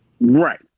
right